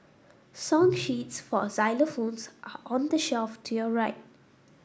song sheets for xylophones are on the shelf to your right